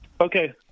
Okay